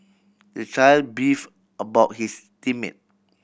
the child beef about his team mate